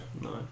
No